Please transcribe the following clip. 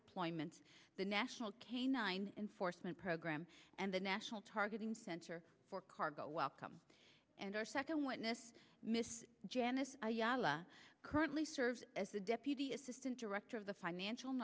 deployment the national canine enforcement program and the national targeting center for cargo welcome and our second witness janice currently serves as a deputy assistant director of the financial